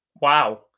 Wow